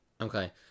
Okay